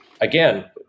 Again